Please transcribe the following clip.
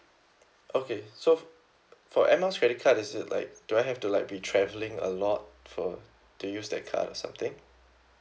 okay so for air miles credit card is it like do I have to like be travelling a lot for to use that card or something